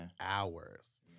hours